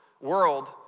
world